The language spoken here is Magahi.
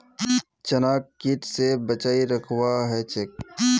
चनाक कीट स बचई रखवा ह छेक